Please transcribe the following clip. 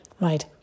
right